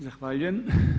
Zahvaljujem.